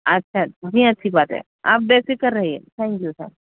اچھا اچھا جی اچھی بات ہے آپ بے فِکر رہیے تھینک یو سر